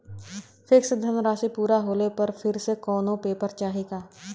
Fix धनराशी पूरा होले पर फिर से कौनो पेपर चाही का?